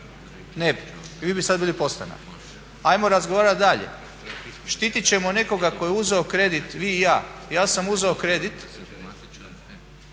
Ne bi. I vi bi sad bili podstanar. Hajmo razgovarati dalje. Štitit ćemo nekoga tko je uzeo kredit i vi ja. Ja sam uzeo kredit.